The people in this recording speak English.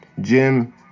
Jim